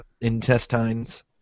intestines